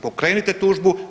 Pokrenite tužbu.